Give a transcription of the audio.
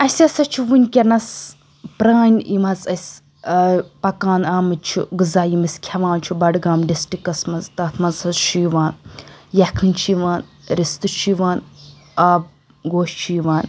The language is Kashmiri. اَسہِ ہَسا چھُ وٕنکیٚنَس پرٛٲنۍ یِم حظ اَسہِ پَکان آمٕتۍ چھِ غذا یِم أسۍ کھٮ۪وان چھِ بَڈگام ڈِسٹرکَس منٛز تَتھ منٛز حظ چھُ یِوان یَکھٕنۍ چھِ یِوان رِستہٕ چھِ یِوان آب گوش چھُ یِوان